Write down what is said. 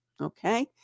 Okay